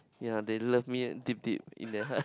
ya they love me deep deep in their heart